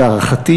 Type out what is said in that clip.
להערכתי,